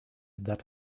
that